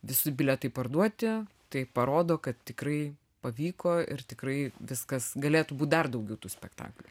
visi bilietai parduoti tai parodo kad tikrai pavyko ir tikrai viskas galėtų būt dar daugiau tų spektaklių